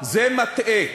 זה מטעה.